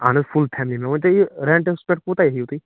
اَہَن حظ full family مےٚ ؤنۍتو یہِ ریٚنٹَس پٮ۪ٹھ کوٗتاہ ہیٚیِو تُہۍ